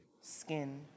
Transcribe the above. skin